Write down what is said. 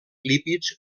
lípids